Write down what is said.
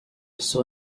saw